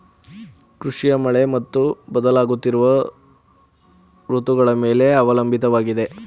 ಕೃಷಿಯು ಮಳೆ ಮತ್ತು ಬದಲಾಗುತ್ತಿರುವ ಋತುಗಳ ಮೇಲೆ ಅವಲಂಬಿತವಾಗಿದೆ